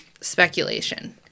speculation